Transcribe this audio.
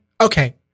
okay